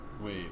Wait